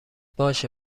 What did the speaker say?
باشه